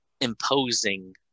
imposing